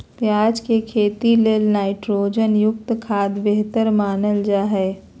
प्याज के खेती ले नाइट्रोजन युक्त खाद्य बेहतर मानल जा हय